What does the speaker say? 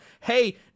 Hey